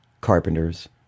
carpenters